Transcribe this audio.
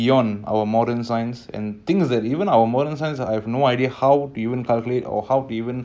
and again it goes by which science you are trying to compare if you're going to look through the lens of a microscope then of course you're trying you're trying to